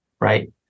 right